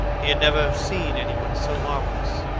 he had never seen any one so marvellous.